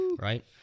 Right